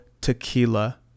tequila